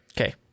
Okay